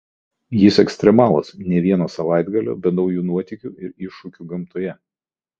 jis ekstremalas nė vieno savaitgalio be naujų nuotykių ir iššūkių gamtoje